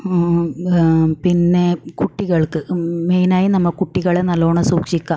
പിന്നെ കുട്ടികൾക്ക് മെയിനായി നമ്മൾ കുട്ടികളെ നല്ലോണം സൂക്ഷിക്കുക